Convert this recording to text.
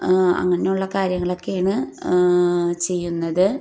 അങ്ങനെയുള്ള കാര്യങ്ങളൊക്കെയാണ് ചെയ്യുന്നത്